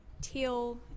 Teal